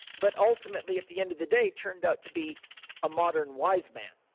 but ultimately, at the end of the day, turned out to be a modern wise man